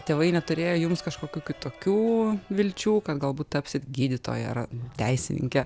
tėvai neturėjo jums kažkokių kitokių vilčių kad galbūt tapsit gydytoja ar teisininke